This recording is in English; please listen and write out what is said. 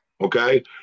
okay